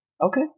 Okay